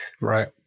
Right